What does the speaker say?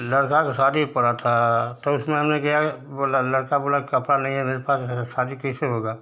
लड़के की शादी पड़ी थी तो उसमें हमने क्या बोला लड़का बोला कपड़ा नहीं है मेरे पास शादी कैसे होगी